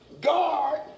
guard